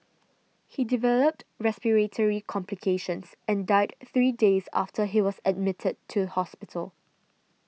he developed respiratory complications and died three days after he was admitted to hospital